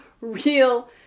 real